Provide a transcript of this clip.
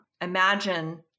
imagine